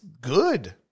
good